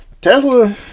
Tesla